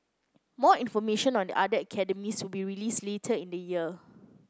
more information on the other academies will be released later in the year